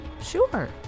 Sure